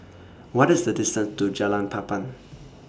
What IS The distance to Jalan Papan